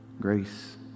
Grace